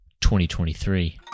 2023